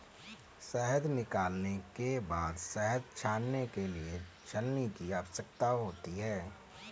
शहद निकालने के बाद शहद छानने के लिए छलनी की आवश्यकता होती है